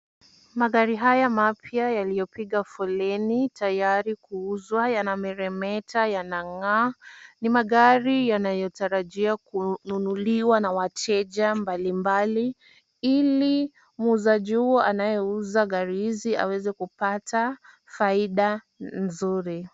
Magari haya mapya yaliyopiga foleni tayari kuuzwa yanameremeta, yanang'aa. Ni magari yanayotarajiwa kununuliwa na wateja mbalimbali ili muuzaji huyo anayeuza gari hizi aweze kupata faida nzuri.